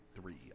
three